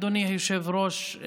אדוני היושב-ראש,